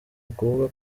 ukuvuga